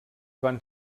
van